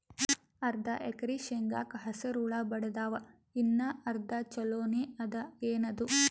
ಅರ್ಧ ಎಕರಿ ಶೇಂಗಾಕ ಹಸರ ಹುಳ ಬಡದಾವ, ಇನ್ನಾ ಅರ್ಧ ಛೊಲೋನೆ ಅದ, ಏನದು?